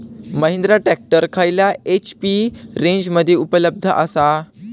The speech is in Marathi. महिंद्रा ट्रॅक्टर खयल्या एच.पी रेंजमध्ये उपलब्ध आसा?